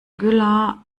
güllar